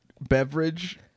beverage